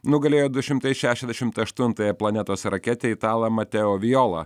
nugalėjo du šimtai šešiasdešimt aštuntąją planetos raketę italą mateo viola